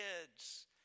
kids